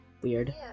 weird